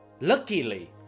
Luckily